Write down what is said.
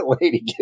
lady